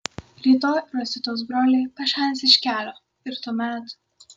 rytoj rositos brolį pašalins iš kelio ir tuomet